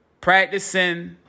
Practicing